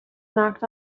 knocked